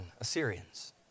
Assyrians